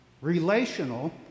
relational